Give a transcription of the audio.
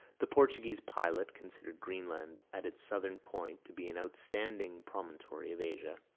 the portuguese pilot considered greenland at its southern point to be an outstanding promontory of asia,